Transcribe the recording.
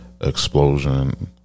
Explosion